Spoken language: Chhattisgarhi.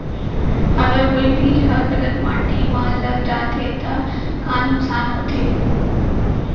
अगर कोई बीज ह गलत माटी म लग जाथे त का नुकसान होथे?